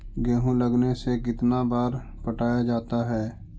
गेहूं लगने से कितना बार पटाया जाता है?